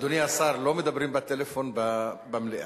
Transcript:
אדוני השר, לא מדברים בטלפון במליאה.